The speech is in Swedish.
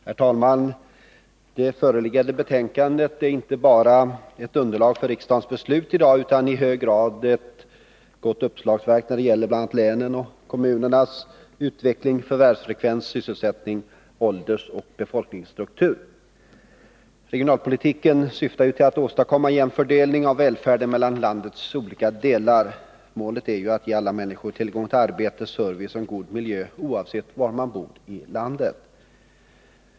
Herr talman! Det föreliggande betänkandet är inte bara underlag för riksdagens beslut i dag utan även i hög grad ett gott uppslagsverk när det gäller bl.a. länens och kommunernas utveckling, förvärvsfrekvens, sysselsättning, åldersoch befolkningsstruktur m.m. Regionalpolitiken syftar ju till att åstadkomma en jämn fördelning av välfärden mellan landets olika delar. Målet är att ge alla människor tillgång till arbete, service och en god miljö, oavsett var de bor i landet.